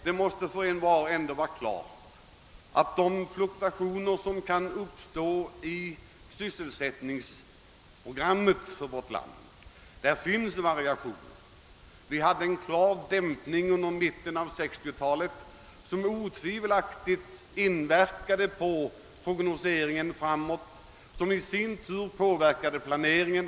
Det måste stå klart för envar att det kan uppstå fluktuationer i sysselsättningsprogrammet i vårt land. Vi hade en klar dämpning under mitten av 1960-talet, och den inverkade otvivelaktigt på prognoseringen, som i sin tur påverkade planeringen.